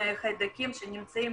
חיידקים שנמצאים